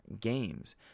games